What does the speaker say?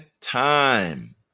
time